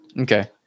Okay